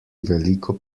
veliko